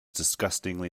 disgustingly